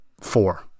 four